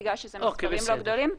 בגלל שזה מספרים לא גדולים.